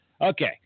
Okay